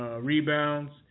rebounds